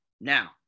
Now